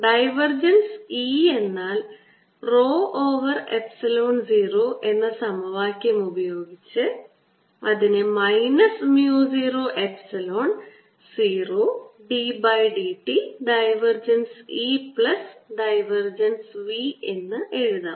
divergence E എന്നാൽ rho over epsilon 0 എന്ന സമവാക്യം ഉപയോഗിച്ച് അതിനെ minus mu 0 epsilon 0 d by d t divergence E plus divergence v എന്ന് എഴുതാം